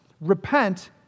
repent